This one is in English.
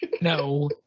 No